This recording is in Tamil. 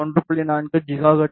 4 ஜிகாஹெர்ட்ஸ் வரை இருக்கும்